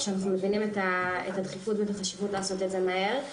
כשאנחנו מבינים את הדחיפות ואת החשיבות לעשות את זה מהר.